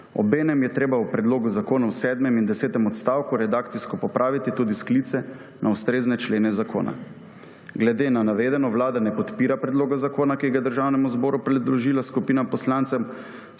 Obenem je treba v predlogu zakona v sedmem in desetem odstavku redakcijsko popraviti tudi sklice na ustrezne člene zakona. Glede na navedeno Vlada ne podpira predloga zakona, ki ga je Državnemu zboru predložila skupina poslancev